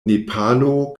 nepalo